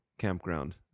Campground